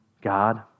God